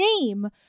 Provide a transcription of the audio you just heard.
name